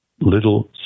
little